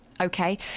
Okay